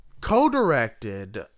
co-directed